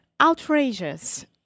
outrageous